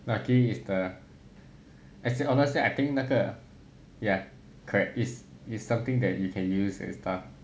luckily is the as in honestly I think 那个 ya correct is is something that you can use and stuff